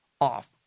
off